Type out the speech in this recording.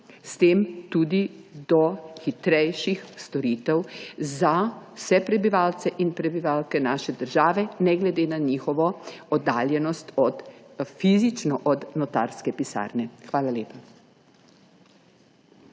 s tem tudi v hitrejše storitve za vse prebivalce in prebivalke naše države ne glede na njihovo fizično oddaljenost od notarske pisarne. Hvala lepa.